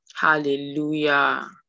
Hallelujah